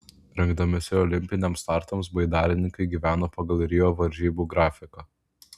rengdamiesi olimpiniams startams baidarininkai gyveno pagal rio varžybų grafiką